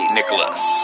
Nicholas